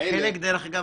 גם בדירקטוריון מגדל.